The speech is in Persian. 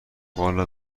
والا